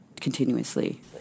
continuously